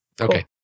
Okay